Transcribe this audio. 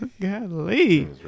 Golly